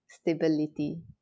stability